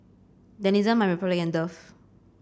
Denizen MyRepublic and Dove